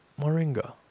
Moringa